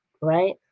right